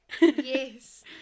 Yes